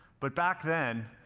but back then,